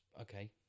Okay